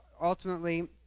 ultimately